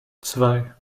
zwei